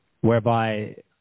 whereby